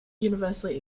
universally